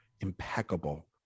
impeccable